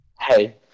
Hey